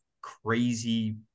crazy